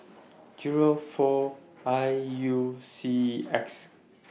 Zero four I U C X